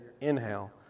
inhale